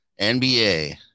NBA